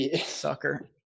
Sucker